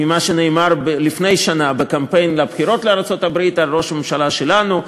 ממה שנאמר לפני שנה בקמפיין לבחירות לארצות-הברית על ראש הממשלה שלנו,